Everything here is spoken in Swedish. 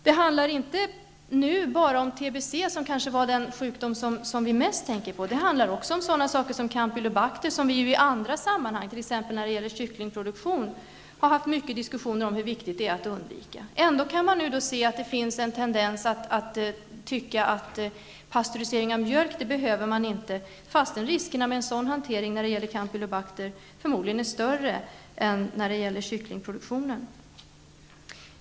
Det handlar nu inte bara om tbc, som kanske är den sjukdom som vi mest tänker på. Det handlar också om sådana saker som campylobacter. I andra sammanhang, t.ex. när det gäller kycklingproduktion, har vi haft mycket diskussion om hur viktigt det är att undvika campylobacter. Ändå kan man nu se att det finns en tendens att tycka att pastörisering av mjölk inte behövs, fastän riskerna med sådan hantering när det gäller campylobacter förmodligen är större än vid kycklingproduktionen.